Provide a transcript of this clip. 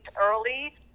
early